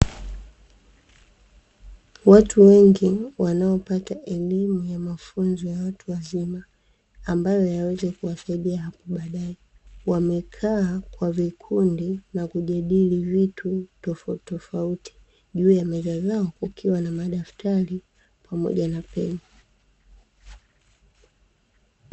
Watu wengi wanaopata elimu ya mafunzo ya watu wazima ambayo yaweze kuwasaidia hapo baadae, wamekaa kwa vikundi na kujadili vitu tofauti juu ya meza zao ukiwa na madaftari pamoja na peni.